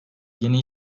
yeni